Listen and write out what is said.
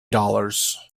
dollars